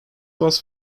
was